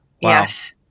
yes